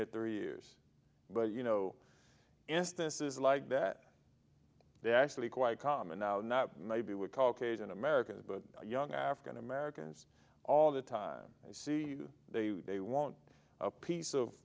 here three years but you know if this is like that they actually quite common now not maybe we caucasian americans but young african americans all the time i see they they want a piece of